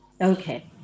Okay